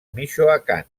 michoacán